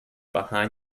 behind